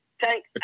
thank